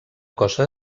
cosa